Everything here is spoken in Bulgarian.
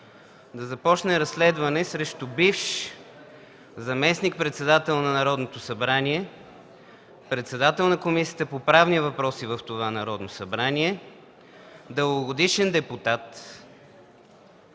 да започне разследване срещу бивш заместник-председател на Народното събрание, председател на Комисията по правни въпроси в това Народно събрание и дългогодишен депутат.